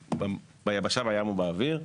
בים או באוויר,